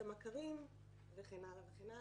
את המכרים וכן הלאה וכן הלאה,